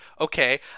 Okay